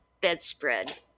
bedspread